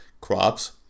crops